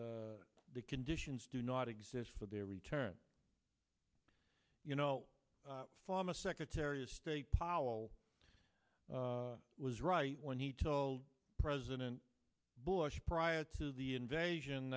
not the conditions do not exist for their return you know from a secretary of state powell was right when he told president bush prior to the invasion